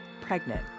pregnant